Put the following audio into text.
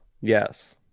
Yes